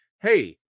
hey